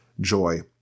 joy